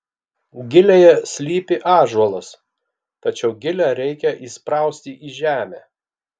gilėje slypi ąžuolas tačiau gilę reikia įsprausti į žemę